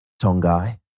Tongai